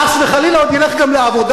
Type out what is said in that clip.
חס וחלילה עוד ילך גם לעבודה.